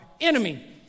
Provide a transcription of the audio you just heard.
enemy